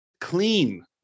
clean